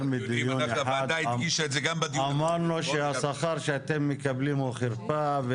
מדיון אחד ואמרנו שהשכר שאתם מקבלים הוא חרפה,